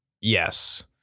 Yes